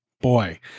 boy